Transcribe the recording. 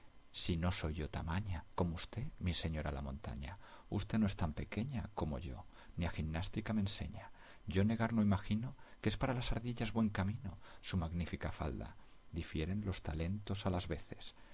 si no soy yo tamaña como usted mi señora la montaña usted no es tan pequeña como yo ni a gimnástica me enseña yo negar no imagino que es para las ardillas buen camino su magnífica falda difieren los talentos a las veces